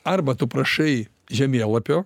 arba tu prašai žemėlapio